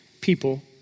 people